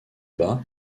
bat